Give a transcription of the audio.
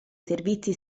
servizi